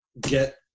get